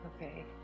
Okay